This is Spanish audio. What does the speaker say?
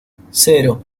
cero